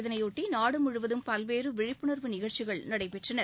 இதனையொட்டி நாடு முழுவதும் பல்வேறு விழிப்புணர்வு நிகழ்ச்சிகள் நடைபெற்றன